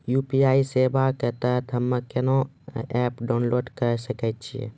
UPI सेवा के तहत हम्मे केना एप्प डाउनलोड करे सकय छियै?